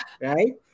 Right